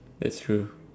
that's true